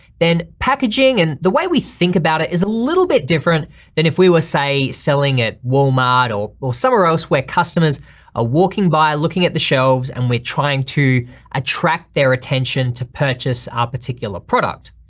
then packaging and the way we think about it is a little bit different than if we were say selling at walmart or or somewhere else where customers are ah walking by, looking at the shelves and we're trying to attract their attention to purchase our particular product.